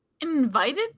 Invited